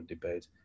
debate